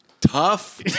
Tough